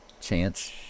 Chance